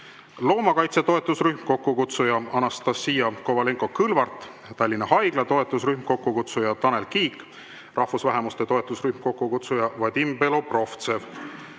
loomakaitse toetusrühm, kokkukutsuja Anastassia Kovalenko-Kõlvart; Tallinna Haigla toetusrühm, kokkukutsuja Tanel Kiik; rahvusvähemuste toetusrühm, kokkukutsuja Vadim Belobrovtsev.